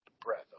breath